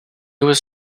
was